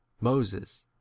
Moses